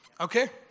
okay